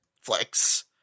Flex